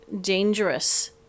dangerous